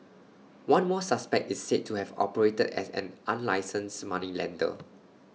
one more suspect is said to have operated as an unlicensed moneylender